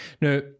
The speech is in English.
now